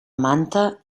manta